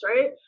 right